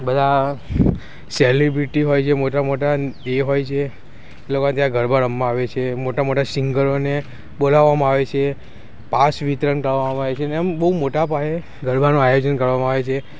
બધા સેલિબ્રિટી હોય છે મોટા મોટા એ હોય છે ત્યાં ગરબા રમવા આવે છે મોટા મોટા સિંગરોને બોલાવવામાં આવે છે પાસ વિતરણ કરવામાં આવે છે અને આમ બહુ મોટા પાયે ગરબાનું આયોજન કરવામાં આવે છે